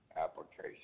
application